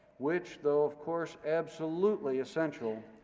which, though of course absolutely essential,